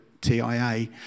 TIA